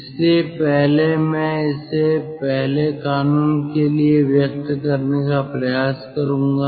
इसलिए पहले मैं इसे पहले कानून के लिए व्यक्त करने का प्रयास करूंगा